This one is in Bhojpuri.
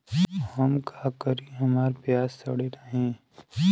हम का करी हमार प्याज सड़ें नाही?